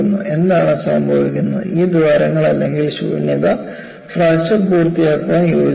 എന്താണ് സംഭവിക്കുന്നത് ഈ ദ്വാരങ്ങൾ അല്ലെങ്കിൽ ശൂന്യത ഫ്രാക്ചർ പൂർത്തിയാക്കാൻ യോജിക്കുന്നു